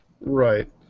Right